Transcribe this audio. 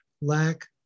lack